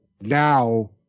now